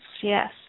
Yes